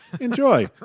Enjoy